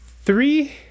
three